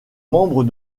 membre